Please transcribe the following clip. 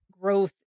growth